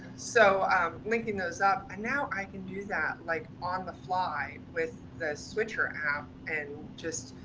so linking those up and now i can do that, like on the fly with the switcher app and just,